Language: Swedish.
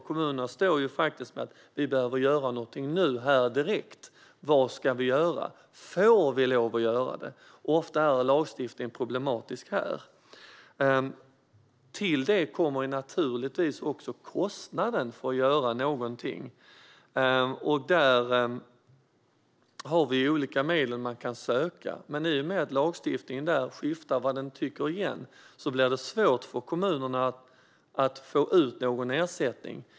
De står inför att de behöver göra någonting nu, här och direkt. De säger: Vad ska vi göra? Och får vi lov att göra det? Ofta är lagstiftningen problematisk när det gäller detta. Till det här kommer naturligtvis också kostnaden för att göra någonting. Där finns det olika medel man kan söka. Men i och med att lagstiftningen skiftar när det gäller detta blir det svårt för kommunerna att få ut någon ersättning.